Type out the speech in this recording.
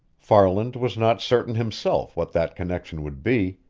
farland was not certain himself what that connection would be,